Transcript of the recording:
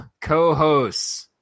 co-hosts